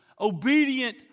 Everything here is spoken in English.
obedient